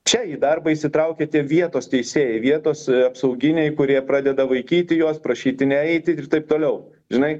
čia į darbą įsitraukia tie vietos teisėjai vietos apsauginiai kurie pradeda vaikyti juos prašyti ne eiti ir taip toliau žinai